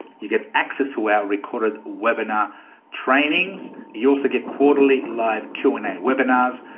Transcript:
you get access to our recorded webinar trainings, you also get quarterly live q and a webinars,